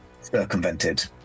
circumvented